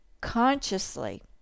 consciously